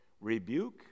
rebuke